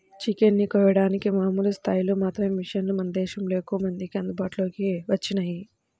chicken ని కోయడానికి మామూలు స్థాయిలో మాత్రమే మిషన్లు మన దేశంలో ఎక్కువమందికి అందుబాటులోకి వచ్చినియ్యి